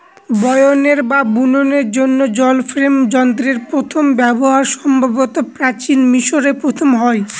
বয়নের বা বুননের জন্য জল ফ্রেম যন্ত্রের প্রথম ব্যবহার সম্ভবত প্রাচীন মিশরে প্রথম হয়